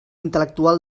intel·lectual